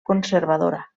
conservadora